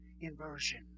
Inversion